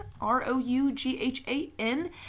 R-O-U-G-H-A-N